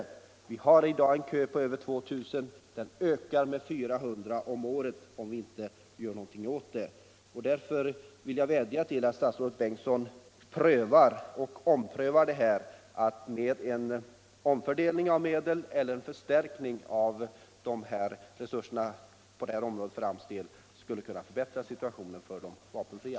I dag har vi en kö på över 2000. Den ökar med 400 om året, om vi inte gör någonting åt detta. Därför vill jag vädja till herr statsrådet Bengtsson att pröva huruvida en omfördelning av medel eller en förstärkning av resurserna på detta område för AMS del skulle kunna förbättra situationen för de vapenfria.